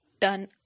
done